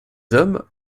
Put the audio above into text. hommes